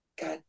god